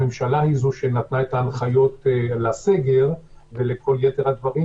הממשלה היא זו שנתנה את ההנחיות על הסגר ולכל יתר הדברים